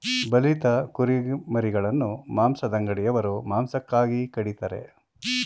ಬಲಿತ ಕುರಿಮರಿಗಳನ್ನು ಮಾಂಸದಂಗಡಿಯವರು ಮಾಂಸಕ್ಕಾಗಿ ಕಡಿತರೆ